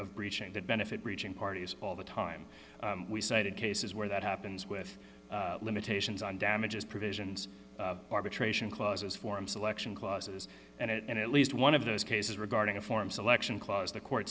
of breaching that benefit reaching parties all the time we cited cases where that happens with limitations on damages provisions arbitration clauses form selection clauses and it and at least one of those cases regarding a form selection clause the court